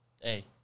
hey